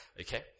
Okay